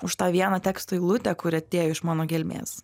už tą vieną teksto eilutę kuri atėjo iš mano gelmės